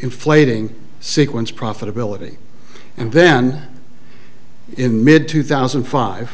inflating sequence profitability and then in mid two thousand and five